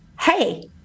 Hey